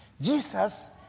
Jesus